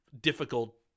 difficult